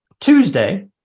Tuesday